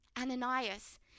Ananias